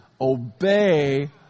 obey